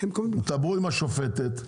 דברו עם השופטת,